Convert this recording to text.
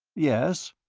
yes?